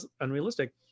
unrealistic